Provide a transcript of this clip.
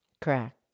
Correct